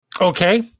Okay